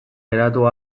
geratu